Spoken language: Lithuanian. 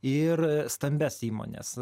ir stambias įmones